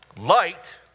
light